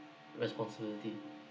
responsibility